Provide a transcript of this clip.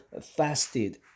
fasted